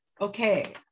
okay